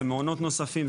זה מעונות נוספים,